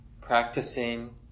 practicing